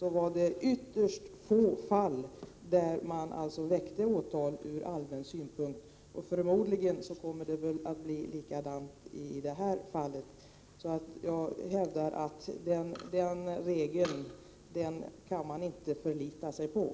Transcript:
väcktes åtal i ytterst få fall med hänvisning till ”allmän synpunkt”. Förmodligen kommer det att bli likadant på det här området. Därför hävdar jag att man inte kan förlita sig på regeln i fråga.